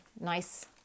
nice